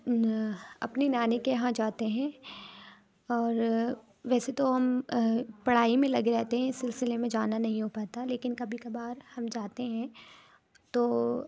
اپنی نانی کے یہاں جاتے ہیں اور ویسے تو ہم پڑھائی میں لگے رہتے ہیں اس سلسلے میں جانا نہیں ہو پاتا لیکن کبھی کبھار ہم جاتے ہیں تو